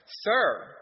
Sir